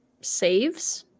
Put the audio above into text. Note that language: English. saves